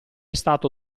stato